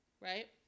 Right